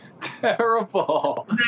terrible